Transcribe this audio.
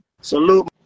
Salute